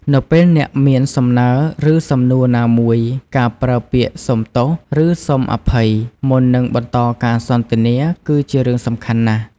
នៅពេលអ្នកមានសំណើ ឬសំណួរណាមួយ ការប្រើពាក្យ " សុំទោស" ឬ " សូមអភ័យ" មុននឹងបន្តការសន្ទនាគឺជារឿងសំខាន់ណាស់។